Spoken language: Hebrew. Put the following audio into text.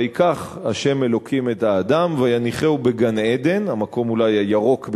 "ויקח ה' אלוקים את האדם ויניחהו בגן-עדן" המקום אולי הירוק ביותר,